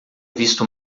visto